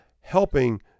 helping